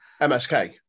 MSK